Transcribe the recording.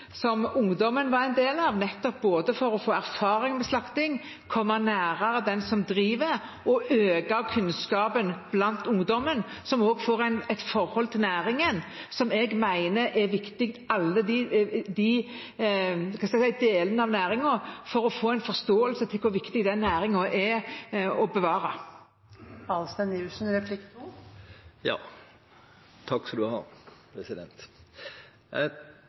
som ungdom var med på, både for å få erfaring med slakting, for å komme nærmere den som driver, og for å øke kunnskapen blant ungdommen. De får da et forhold til næringen – alle delene av næringen – noe jeg mener er viktig for å få en forståelse av hvor viktig det er å bevare